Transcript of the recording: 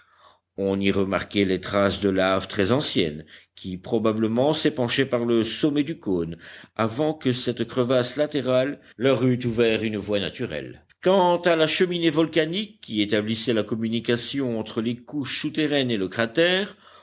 on y remarquait les traces de laves très anciennes qui probablement s'épanchaient par le sommet du cône avant que cette crevasse latérale leur eût ouvert une voie nouvelle quant à la cheminée volcanique qui établissait la communication entre les couches souterraines et le cratère